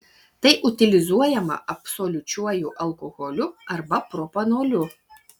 tai utilizuojama absoliučiuoju alkoholiu arba propanoliu